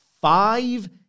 five